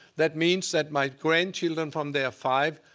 that means that my grandchildren, from they are five,